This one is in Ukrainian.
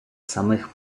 самих